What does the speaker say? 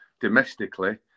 domestically